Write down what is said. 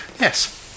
yes